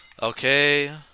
Okay